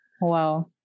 Wow